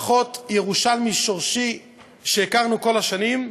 פחות ירושלמי שורשי כפי שהכרנו כל השנים,